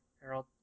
Harold